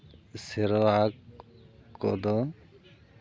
ᱥᱮᱨᱣᱟ ᱠᱚᱫᱚ